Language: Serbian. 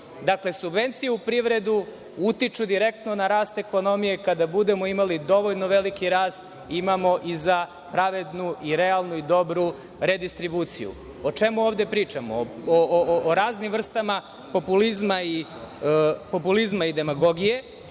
Dakle, subvencije u privredu utiču direktno na rast ekonomije kada budemo imali dovoljno veliki rast, imamo i za pravednu i realnu i dobru redistribuciju. O čemu ovde pričamo? O raznim vrstama populizma i demagogije,